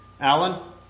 Alan